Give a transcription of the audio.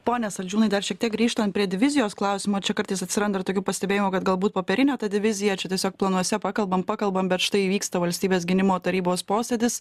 pone saldžiūnai dar šiek tiek grįžtant prie divizijos klausimo čia kartais atsiranda ir tokių pastebėjimų kad galbūt popierinė ta divizija čia tiesiog planuose pakalbam pakalbam bet štai vyksta valstybės gynimo tarybos posėdis